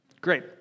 Great